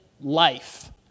life